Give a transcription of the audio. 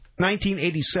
1987